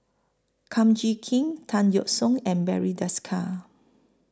Kum Chee Kin Tan Yeok Seong and Barry Desker